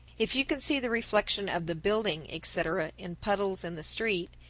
if you can see the reflection of the building, etc, in puddles in the street,